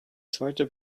zweite